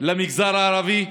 למגזר הערבי,